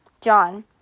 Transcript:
John